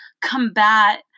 combat